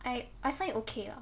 I I find okay lah